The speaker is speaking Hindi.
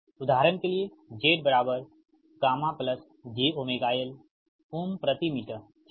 उदाहरण के लिए z γ jωLΩ प्रति मीटर ठीक है